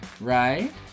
Right